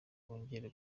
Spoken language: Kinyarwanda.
bongere